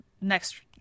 next